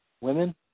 women